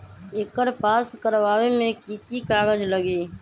एकर पास करवावे मे की की कागज लगी?